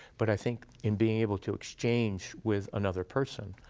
but i think in being able to exchange with another person